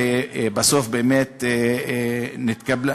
ובסוף באמת נתקבלה,